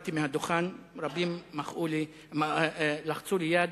ירדתי מהדוכן ורבים לחצו לי יד.